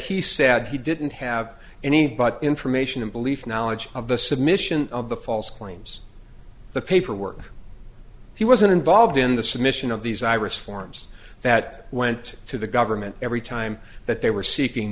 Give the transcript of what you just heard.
he said he didn't have any but information and belief knowledge of the submission of the false claims the paperwork he wasn't involved in the submission of these iris forms that went to the government every time that they were seeking